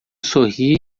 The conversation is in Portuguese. sorri